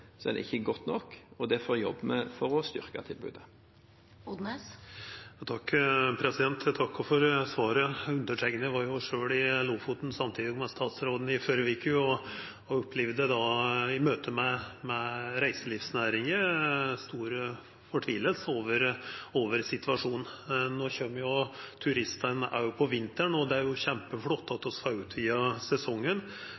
godt nok, og derfor jobber vi med å styrke tilbudet. Eg takkar for svaret. Eg var sjølv i Lofoten samtidig med statsråden i førre veke, og opplevde då i møte med reiselivsnæringa at dei var svært fortvila over situasjonen. No kjem jo turistane òg om vinteren. Det er